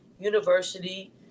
university